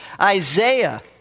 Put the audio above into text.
Isaiah